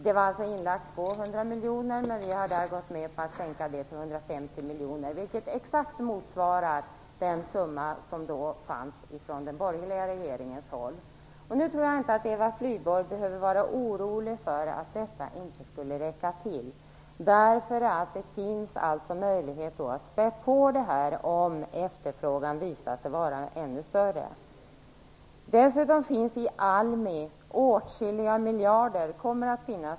Det var alltså avsatt 200 miljoner, men vi har där gått med på att sänka det till 150 miljoner, vilket exakt motsvarar den summa som den borgerliga regeringen föreslog. Jag tror nu inte att Eva Flyborg behöver vara orolig för att detta inte skulle räcka till. Det finns möjlighet att spä på det om efterfrågan visar sig vara ännu större. Dessutom finns i ALMI åtskilliga miljarder, eller kommer att finnas.